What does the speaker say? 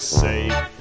safe